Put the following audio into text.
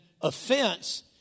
offense